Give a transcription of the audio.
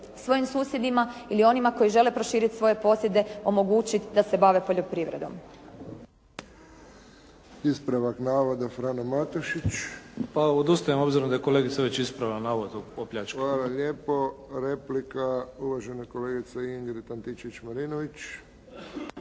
svojim susjedima ili onima koji žele proširiti svoje posjede omogućiti da se bave poljoprivredom.